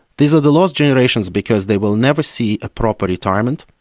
these are the lost generations because they will never see a proper retirement,